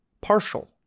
partial